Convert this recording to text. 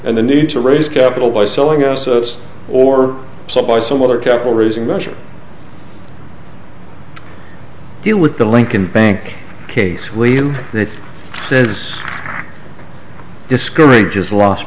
and the need to raise capital by selling assets or some by some other capital raising measure deal with the lincoln bank case we may discourages l